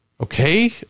okay